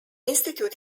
institute